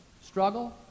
struggle